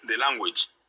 language